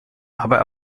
aber